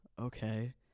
okay